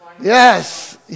yes